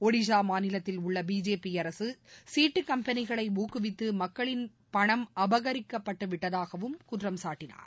ஒடிசா மாநிலத்தில் உள்ள பிஜேபி அரசு சீட்டு கம்பெளிகளை ஊக்குவித்து மக்களின் பணம் அபகரிக்கப்பட்டு விட்டதாகவும் அவர் குற்றம் சாட்டினார்